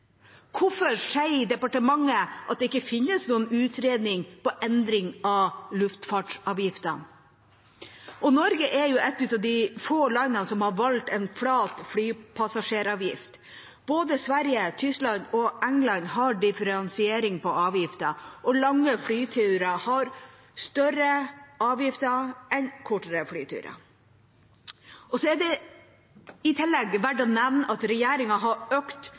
Hvorfor sier departementet at det ikke finnes noen utredning av endring av luftfartsavgiftene? Norge er et av de få landene som har valgt en flat flypassasjeravgift. Både Sverige, Tyskland og England har differensiering på avgiftene; lange flyturer har høyere avgifter enn kortere flyturer. I tillegg er det verdt å nevne at regjeringa har økt